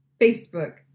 Facebook